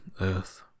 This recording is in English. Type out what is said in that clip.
earth